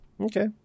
Okay